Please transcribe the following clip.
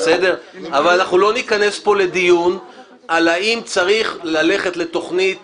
אנחנו לא ניכנס פה לדיון על האם צריך ללכת לתוכנית